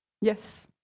yes